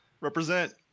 represent